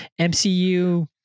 MCU